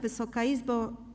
Wysoka Izbo!